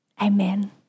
amen